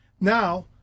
Now